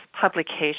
publication